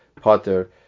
potter